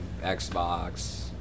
xbox